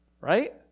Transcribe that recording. Right